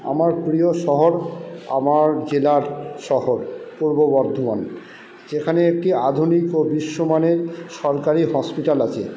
আমার প্রিয় শহর আমার জেলার শহর পূর্ব বর্ধমান যেখানে একটি আধুনিক ও বিশ্ব মানের সরকারি হসপিটাল আছে